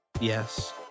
Yes